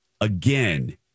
again